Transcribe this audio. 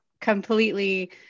completely